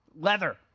leather